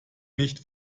nicht